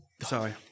Sorry